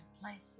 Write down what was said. places